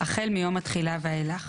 החל מיום התחילה ואילך.